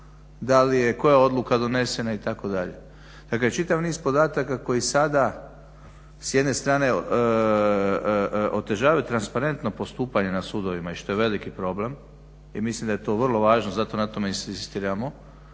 da li je, koja je odluka donesena itd. Dakle, čitav niz podataka koji sada s jedne strane otežavaju transparentno postupanje na sudovima i što je veliki problem i mislim da je to vrlo važno. Zato na tome i inzistiramo,